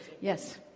Yes